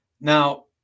Now